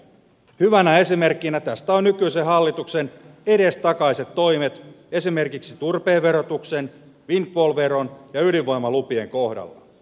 hyvänä esimerkkinä tästä ovat nykyisen hallituksen edestakaiset toimet esimerkiksi turpeen verotuksen windfall veron ja ydinvoimalupien kohdalla